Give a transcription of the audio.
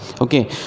Okay